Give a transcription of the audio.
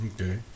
Okay